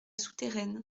souterraine